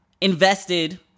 invested